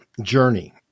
journey